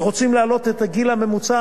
ורוצים להעלות את גיל העבודה,